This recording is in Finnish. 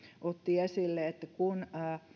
otti esille että kun